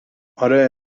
آره